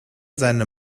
seine